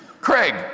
Craig